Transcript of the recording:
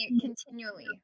continually